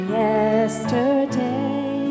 yesterday